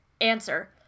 answer